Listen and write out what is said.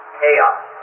chaos